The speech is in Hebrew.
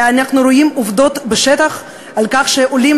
ואנחנו רואים עובדות בשטח למשל על כך שעולים